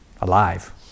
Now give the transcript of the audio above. alive